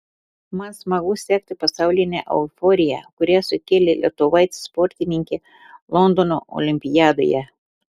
man smagu sekti pasaulinę euforiją kurią sukėlė lietuvaitė sportininkė londono olimpiadoje